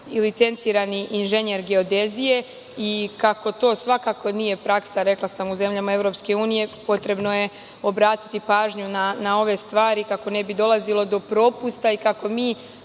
licencirani inženjer geodezije i kako to svakako nije praksa, rekla sam, u zemljama EU, potrebno je obratiti pažnju na ove stvari kako ne bi dolazilo do propusta i kako mi